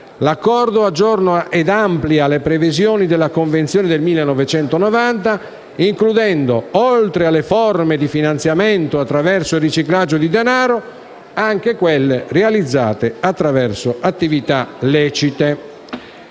L'accordo aggiorna ed amplia le previsioni della Convenzione del 1990, includendo, oltre alle forme di finanziamento attraverso il riciclaggio di denaro, anche quelle realizzate attraverso attività lecite.